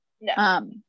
No